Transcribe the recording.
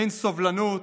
אין סובלנות,